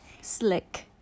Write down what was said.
Slick